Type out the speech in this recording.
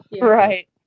right